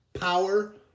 power